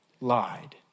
lied